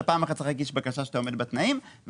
אתה צריך להגיש בקשה שאתה עומד בתנאים פעם אחת,